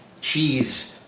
cheese